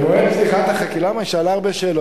במועד פתיחת, למה, היא שאלה הרבה שאלות.